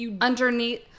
underneath